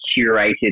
curated